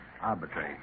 Arbitrate